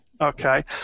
Okay